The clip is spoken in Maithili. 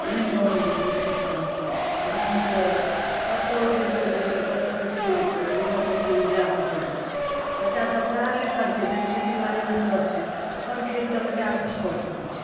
नहि गाममे ई सिस्टम छै गाममे तऽ कतहु छै बोड़िंग कतहु छै तऽ गृहस्थ ओतेक उपजा नहि पबैत छै बच्चासभ पढ़ल लिखल छै धरि खेतीबाड़ीमे सभ छै अपन खेत तऽ बच्चा आओर सभ कऽ सकैत छै